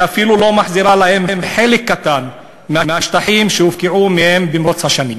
ואפילו לא מחזירה להם חלק קטן מהשטחים שהופקעו מהם במרוצת השנים,